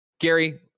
Gary